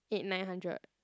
eight nine hundred